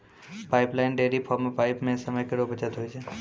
pipeline dairy farm म pipe सें समय केरो बचत होय छै